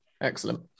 excellent